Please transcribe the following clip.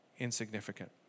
insignificant